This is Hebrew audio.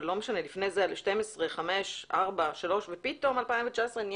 לפני זה 12, חמש, ארבע, שלוש ופתאום 2019 כלום.